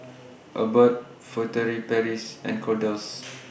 Abbott Furtere Paris and Kordel's